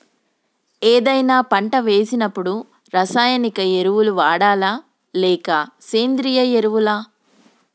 ఏదైనా పంట వేసినప్పుడు రసాయనిక ఎరువులు వాడాలా? లేక సేంద్రీయ ఎరవులా?